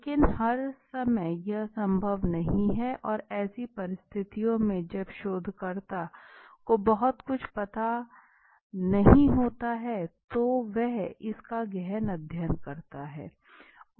लेकिन हर समय यह संभव नहीं है और ऐसी परिस्थितियो में जब शोधकर्ता को बहुत कुछ नहीं पता होता है तो वह इसका गहन अध्ययन करता है